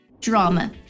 drama